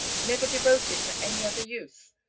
never devoted to any other use,